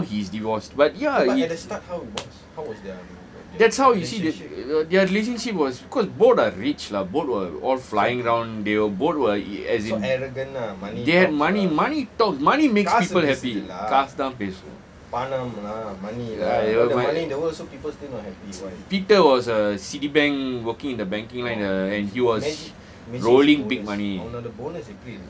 and now he's divorced but ya that's how you see they their relationship was cause both are rich lah both was all flying around they were both as in they had money money பணம் பணம்:kaasu kaasu money makes people happy காசு தான் பேசும்:kaasu thaan peasum ya peter was a citibank working in the banking line uh and he was rolling big money